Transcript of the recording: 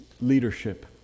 leadership